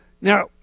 Now